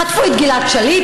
חטפו את גלעד שליט,